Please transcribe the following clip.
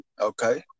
Okay